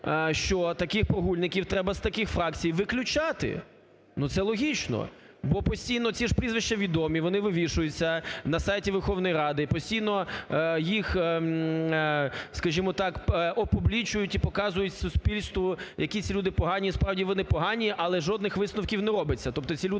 що таких прогульників треба з таких фракцій виключати, ну, це логічно. Бо постійно ці ж прізвища відомі, вони вивішуються на сайті Верховної Ради і постійно їх, скажімо, опублічують і показують суспільству, якісь люди погані, справді, вони погані, але жодних висновків не робиться. Тобто ці люди